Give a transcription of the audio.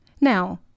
now